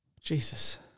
Jesus